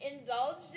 indulged